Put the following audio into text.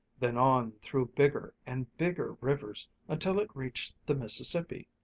then on through bigger and bigger rivers until it reached the mississippi,